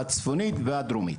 הצפונית והדרומית.